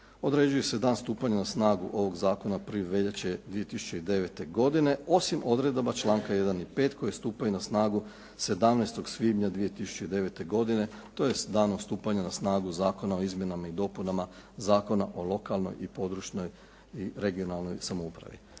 Određuje se dan stupanja na snagu ovog zakona 1. veljače 2009. godine osim odredaba članka 1. i 5. koje stupaju na snagu 17. svibnja 2009. godine, tj. danom stupanja na snagu Zakona o izmjenama i dopunama Zakona o lokalnoj i područnoj i regionalnoj samoupravi.